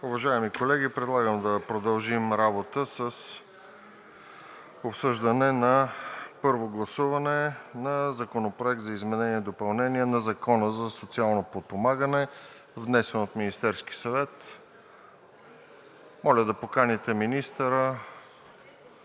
Уважаеми колеги, да продължим работа с обсъждане на първо гласуване на Законопроекта за изменение и допълнение на Закона за социално подпомагане, внесен от Министерския съвет. Моля да поканите министъра.